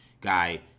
guy